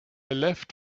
left